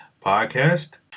podcast